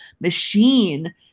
machine